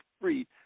free